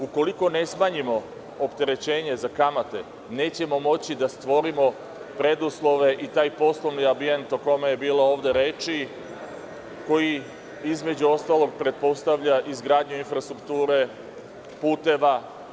Ukoliko ne smanjimo opterećenje za kamate, nećemo moći da stvorimo preduslove i taj poslovni ambijent, o kome je ovde bilo reči, koji između ostalog pretpostavljam izgradnju infrastrukture, puteva.